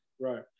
Right